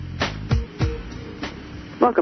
Welcome